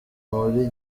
muri